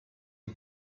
you